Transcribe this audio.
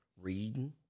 reading